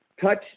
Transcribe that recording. touch